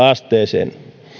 asteeseen